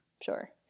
Sure